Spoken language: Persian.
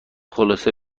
خلاصه